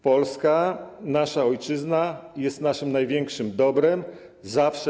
Polska - nasza Ojczyzna, jest naszym największym dobrem, zawsze